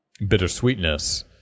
bittersweetness